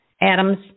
Adams